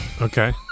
Okay